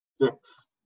Six